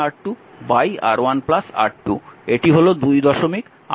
এটি হল 238 নম্বর সমীকরণ